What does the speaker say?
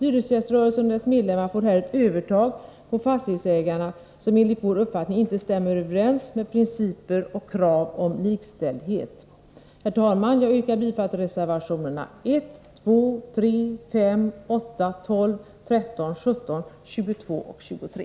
Hyresgäströrelsen och dess medlemmar får här ett övertag över fastighetsägaren som enligt vår uppfattning inte stämmer överens med principer och krav om likställdhet. Herr talman! Jag yrkar bifall till reservationerna 1, 2,3, 5, 8, 12,13, 17, 22 och 23.